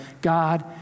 God